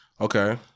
Okay